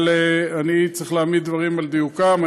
אבל אני צריך להעמיד דברים על דיוקם.